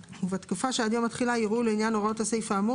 ובתקופה שעד יום התחילה יראו לעניין הוראות הסעיף האמור